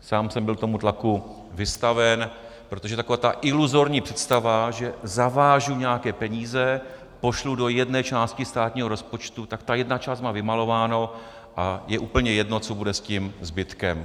Sám jsem byl tomu tlaku vystaven, protože taková ta iluzorní představa, že zavážu nějaké peníze, pošlu do jedné části státního rozpočtu, tak ta jedna část má vymalováno a je úplně jedno, co bude s tím zbytkem.